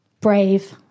Brave